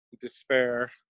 despair